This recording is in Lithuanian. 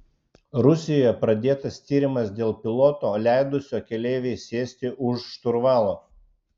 rusijoje pradėtas tyrimas dėl piloto leidusio keleivei sėsti už šturvalo